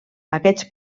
aquests